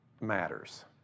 matters